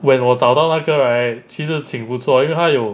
when 我找到那个 right 其实挺不错因为他有